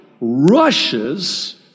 rushes